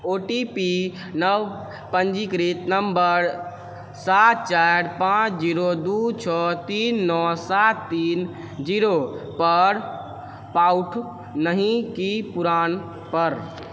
ओ T P नव पञ्जीकृत number सात चारि पांँच जीरो दू छओ तीन नओ सात तीन जीरो पर पौठ नहि कि पुरान पर